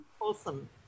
Awesome